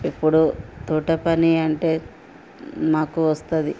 ఇప్పుడు తోట పని అంటే నాకు వస్తది